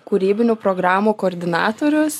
kūrybinių programų koordinatorius